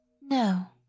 No